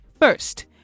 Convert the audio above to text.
first